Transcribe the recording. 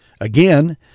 Again